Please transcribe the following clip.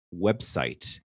website